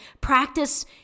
practice